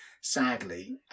sadly